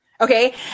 Okay